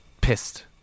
Pissed